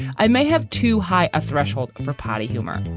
i may have too high a threshold for potty humor.